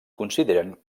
consideren